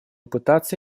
пытаться